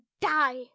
die